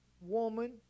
woman